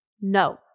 No